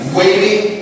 waiting